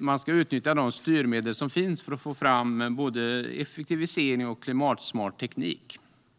man ska utnyttja de styrmedel som finns för att få fram både effektiv och klimatsmart teknik.